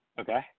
Okay